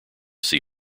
see